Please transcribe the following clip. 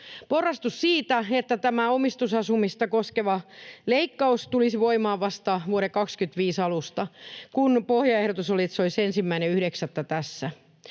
porrastus siitä, että tämä omistusasumista koskeva leikkaus tulisi voimaan vasta vuoden 25 alusta, kun pohjaehdotus oli, että se